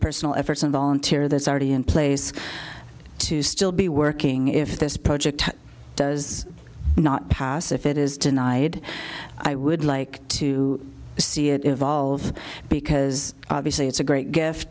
personal efforts and volunteer that's already in place to still be working if this project does not pass if it is denied i would like to see it evolve because obviously it's a great gift